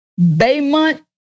Baymont